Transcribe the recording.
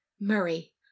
Murray